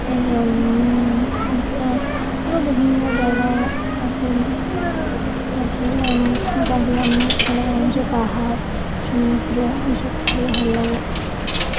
আর আরও বিভিন্ন জায়গা আছে আছে তাে আমার এলাকার মানুষের পাহাড় সমুদ্র এসব খুবই ভালো লাগে